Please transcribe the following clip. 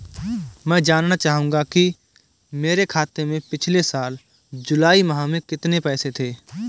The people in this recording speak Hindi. मैं जानना चाहूंगा कि मेरे खाते में पिछले साल जुलाई माह में कितने पैसे थे?